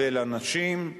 ואל אנשים,